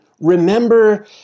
Remember